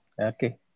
okay